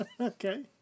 Okay